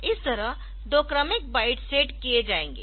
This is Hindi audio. इस तरह दो क्रमिक बाइट्स सेट किए जाएंगे